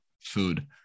food